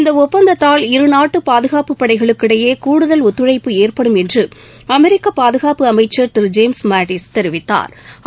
இந்த ஒப்பந்தத்தால் இரு நாட்டு பாதுகாப்பு படைகளுக்கிடையே கூடுதல் ஒத்துழைப்பு ஏற்படும் என்று அமெரிக்க பாதுகாப்பு அமைச்சர் திரு ஜேம்ஸ் மாடிஸ் தெரிவித்தாா்